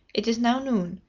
it is now noon.